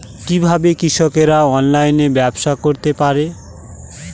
কিভাবে কৃষকরা অনলাইনে ব্যবসা করতে পারে?